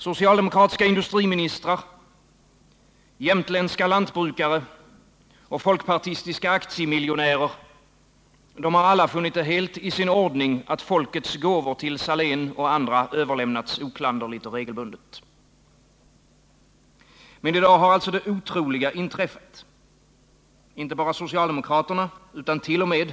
Socialdemokratiska industriministrar, jämtländska jordbrukare och folkpartistiska aktiemiljonärer har alla funnit det helt i sin ordning att folkets gåvor till Salén och andra överlämnats oklanderligt och regelbundet. Men i dag har det otroliga inträffat. Inte bara socialdemokraterna utan t. 0. m.